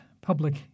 public